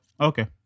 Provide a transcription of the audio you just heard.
okay